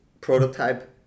prototype